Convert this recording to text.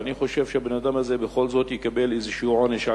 ואני חושב שהאדם הזה בכל זאת יקבל איזה עונש,